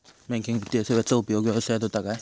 Banking वित्तीय सेवाचो उपयोग व्यवसायात होता काय?